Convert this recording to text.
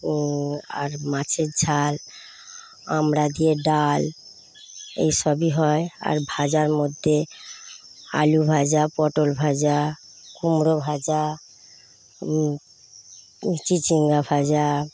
আর মাছের ঝাল আমড়া দিয়ে ডাল এইসবই হয় আর ভাজার মধ্যে আলু ভাজা পটল ভাজা কুমড়ো ভাজা চিচিঙ্গা ভাজা